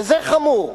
וזה חמור.